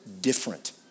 different